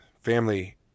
family